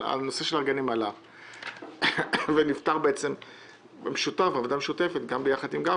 הנושא של האלרגים עלה ונפתר בוועדה המשותפת יחד עם גפני.